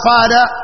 Father